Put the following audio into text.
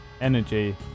energy